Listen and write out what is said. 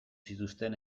zituzten